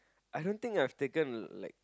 I don't think I've taken like